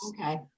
Okay